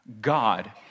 God